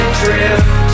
drift